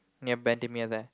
near Bendemeer there